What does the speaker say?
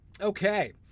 Okay